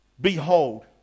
Behold